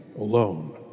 ...alone